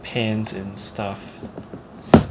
pants and stuff